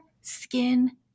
skin